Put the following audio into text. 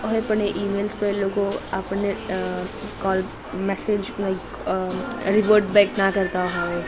હોય પણ એ ઇમેલ્સ પર એ લોકો આપણને અ કોલ મેસેજ નહીં અ રિવર્ટ બેક ના કરતા હોય